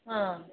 ꯑꯥ